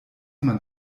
man